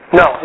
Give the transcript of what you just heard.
no